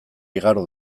igaro